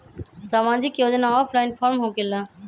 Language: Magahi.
समाजिक योजना ऑफलाइन फॉर्म होकेला?